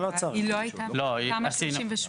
היא הייתה בתמ"א 38?